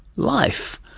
life.